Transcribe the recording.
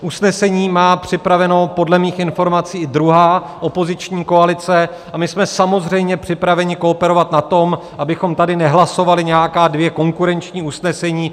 Usnesení má připraveno podle mých informací i druhá opoziční koalice a my jsme samozřejmě připraveni kooperovat na tom, abychom tady nehlasovali nějaká dvě konkurenční usnesení.